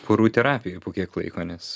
porų terapijoj po kiek laiko nes